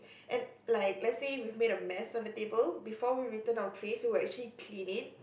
and like let's say we've made a mess on the table before we return our trays we'll actually clean it